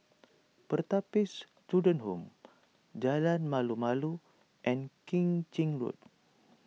Pertapis Children Home Jalan Malu Malu and Keng Chin Road